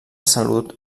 salut